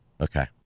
Okay